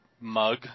mug